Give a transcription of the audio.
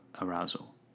arousal